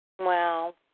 Wow